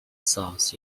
south